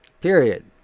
Period